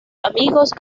amigos